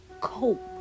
cope